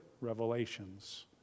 revelations